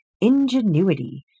Ingenuity